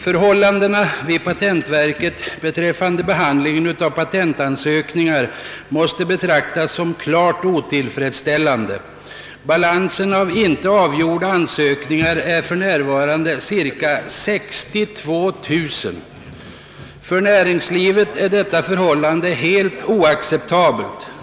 Förhållandena vid patentverket beträffande behandlingen av patentansökningar måste betraktas som klart otillfredsställande. Balansen av icke avgjorda ansökningar är för närvarande cirka 62 000. För näringslivet är detta förhållande helt oacceptabelt.